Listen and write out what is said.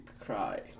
cry